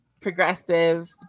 progressive